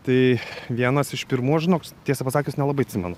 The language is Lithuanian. tai vienas iš pirmų aš žinok tiesą pasakius nelabai atsimenu